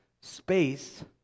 space